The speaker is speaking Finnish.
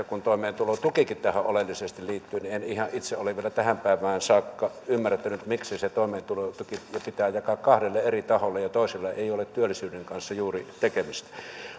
kun toimeentulotukikin tähän oleellisesti liittyy en itse ole vielä tähän päivään saakka ihan ymmärtänyt miksi se toimeentulotuki pitää jakaa kahdelle eri taholle ja toisella ei ole työllisyyden kanssa juuri tekemistä